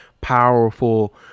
powerful